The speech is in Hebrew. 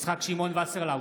יצחק שמעון וסרלאוף,